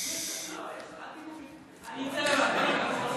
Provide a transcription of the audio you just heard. אני אצא לבד.